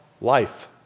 life